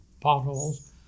potholes